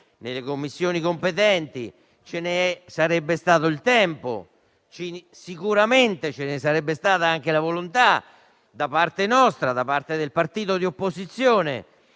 nelle Commissioni competenti, perché ce ne sarebbe stato il tempo e sicuramente ci sarebbe stata anche la volontà, da parte nostra, come partito di opposizione,